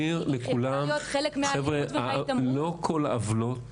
לא כל העוולות